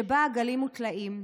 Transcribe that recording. שבה עגלים וטלאים,